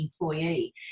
employee